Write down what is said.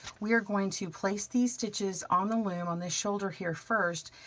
we are going to place these stitches on the loom on this shoulder here first,